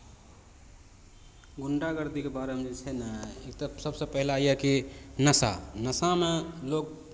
गुण्डागर्दीके बारेमे जे छै ने ई तऽ सभसँ पहिला यए कि नशा नशामे लोक